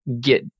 get